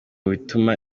bituma